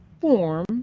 form